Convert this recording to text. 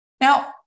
Now